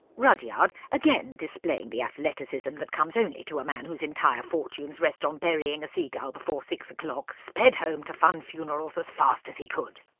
rudyard, again displaying the athleticism that comes only to a man whose entire fortunes rest on burying a seagull before six o'clock, sped home to funn funerals as fast as he could.